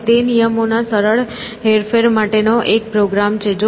અને તે નિયમોના સરળ હેરફેર માટે નો એક પ્રોગ્રામ છે